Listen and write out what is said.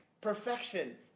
perfection